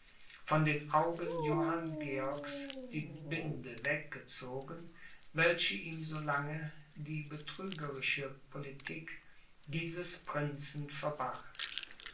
von den augen johann georgs die binde weggezogen welche ihm so lange die betrügerische politik dieses prinzen verbarg